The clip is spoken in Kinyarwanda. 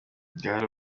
bwari